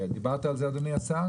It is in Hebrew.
דיברת על זה, אדוני השר.